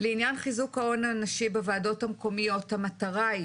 לעניין חיזוק ההון האנושי בוועדות המקומיות המטרה היא